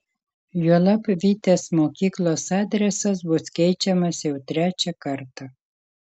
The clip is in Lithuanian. juolab vitės mokyklos adresas bus keičiamas jau trečią kartą